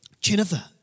Jennifer